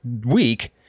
week